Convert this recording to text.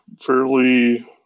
fairly